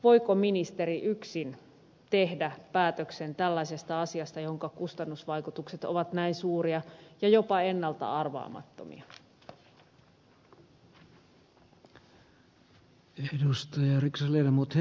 voiko ministeri yksin tehdä päätöksen tällaisesta asiasta jonka kustannusvaikutukset ovat näin suuria ja jopa ennalta arvaamattomia